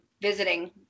visiting